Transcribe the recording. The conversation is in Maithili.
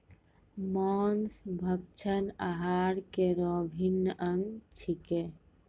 मांस भक्षण आहार केरो अभिन्न अंग छिकै